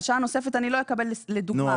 על שעה נוספת אני לא אקבל לדוגמה --- נו,